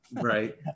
Right